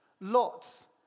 lots